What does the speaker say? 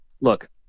look